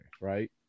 right